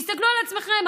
תסתכלו על עצמכם,